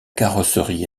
carrosserie